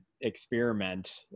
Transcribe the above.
experiment